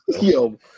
Yo